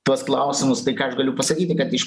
tuos klausimus tai ką aš galiu pasakyti kad iš